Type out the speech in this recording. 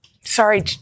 Sorry